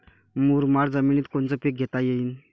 मुरमाड जमिनीत कोनचे पीकं घेता येईन?